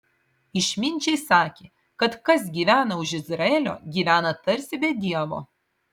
išminčiai sakė kad kas gyvena už izraelio gyvena tarsi be dievo